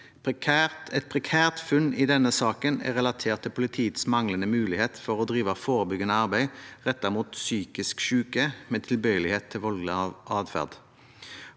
«et prekært funn i denne saken er relatert til politiets manglende muligheter for å drive forebyggende arbeid rettet mot psykisk syke med tilbøyelighet til voldelig adferd.»